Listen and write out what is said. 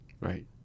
right